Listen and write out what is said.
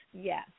Yes